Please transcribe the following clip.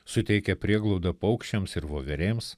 suteikia prieglaudą paukščiams ir voverėms